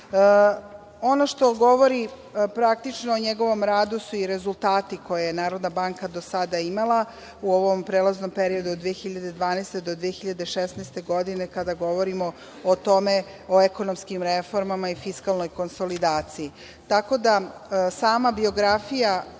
što govori praktično o njegovom radu su i rezultati koje je Narodna banka do sada imala, u ovom prelaznom periodu od 2012. do 2016. godine, kada govorimo o tome, o ekonomskim reformama i fiskalnoj konsolidaciji. Tako da, sama biografija,